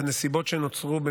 בנסיבות שנוצרו,